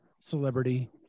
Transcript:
celebrity